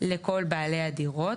לכל בעלי הדירות.